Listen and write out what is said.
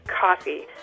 coffee